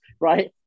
right